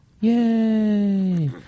Yay